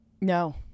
no